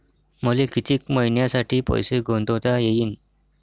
मले कितीक मईन्यासाठी पैसे गुंतवता येईन?